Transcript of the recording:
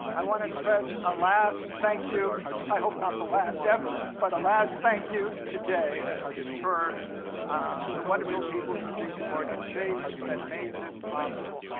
i want to express a last thank you i hope not the last ever, but a last thank you today for the wonderful people from jpmorgan chase that made this possible.